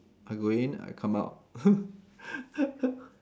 I go in I come out